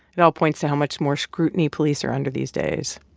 it all points to how much more scrutiny police are under these days,